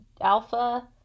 Alpha